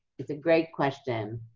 it's a great question,